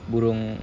burung